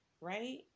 right